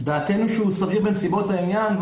לדעתנו הוא סביר בנסיבות העניין.